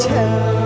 Tell